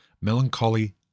melancholy